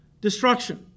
destruction